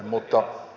joo